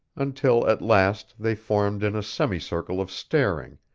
until at last they formed in a semicircle of staring,